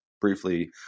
briefly